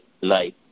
life